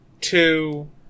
two